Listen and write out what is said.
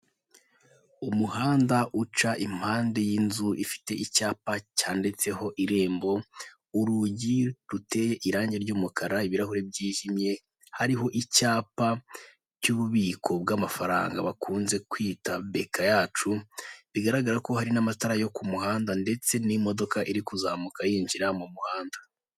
Umuhanda uca impande y'inzu ifite icyapa cyanditseho irembo urugi ruteye irangi ry'umukara ibirahuri byijimye hariho icyapa cy'ububiko bw'amafaranga bakunze kwita beka yacu, bigaragara ko hari n'amatara yo ku muhanda ndetse n'imodoka iri kuzamuka yinjira mu muhanda.